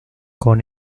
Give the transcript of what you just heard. con